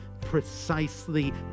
precisely